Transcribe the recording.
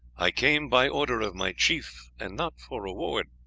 i came by order of my chief, and not for reward.